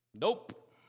Nope